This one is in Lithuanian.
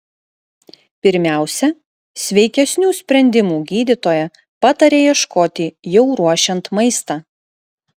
pirmiausia sveikesnių sprendimų gydytoja pataria ieškoti jau ruošiant maistą